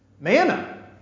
Manna